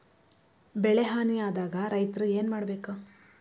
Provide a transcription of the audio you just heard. ಬೆಳಿ ಹಾನಿ ಆದಾಗ ರೈತ್ರ ಏನ್ ಮಾಡ್ಬೇಕ್?